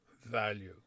value